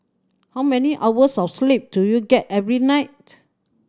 how many hours of sleep do you get every night